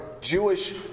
Jewish